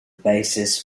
basis